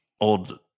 old